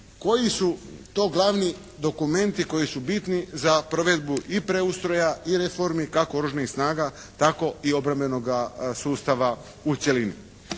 koji su to glavni dokumenti koji su bitni za provedbu i preustroja i reformi kako Oružanih snaga tako i obrambenoga sustava u cjelini.